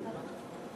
לבדואי.